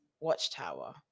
watchtower